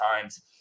times